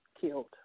killed